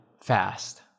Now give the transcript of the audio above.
fast